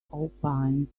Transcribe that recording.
opined